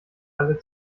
alle